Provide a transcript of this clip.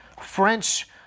French